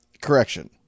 Correction